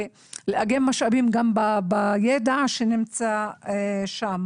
בידע שנמצא שם.